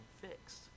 fixed